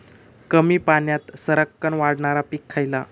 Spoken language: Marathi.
कमी पाण्यात सरक्कन वाढणारा पीक खयला?